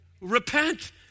repent